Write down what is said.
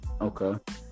Okay